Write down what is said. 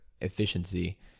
efficiency